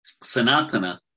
sanatana